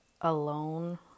alone